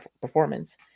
performance